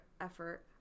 effort